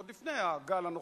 עוד לפני הגל הנוכחי,